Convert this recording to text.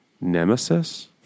nemesis